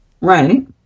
Right